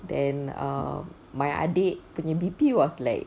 then err my adik punya B_P was like